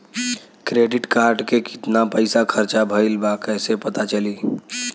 Credit card के कितना पइसा खर्चा भईल बा कैसे पता चली?